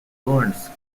lawrence